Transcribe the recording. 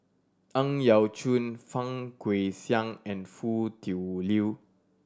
Ang Yau Choon Fang Guixiang and Foo Tui Liew